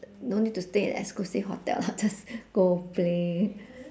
no need to stay at exquisite hotel just go play